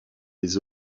les